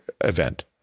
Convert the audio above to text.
event